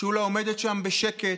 שולה עומדת שם בשקט,